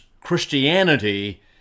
Christianity